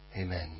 amen